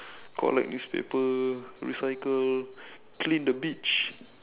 collect newspaper recycle clean the beach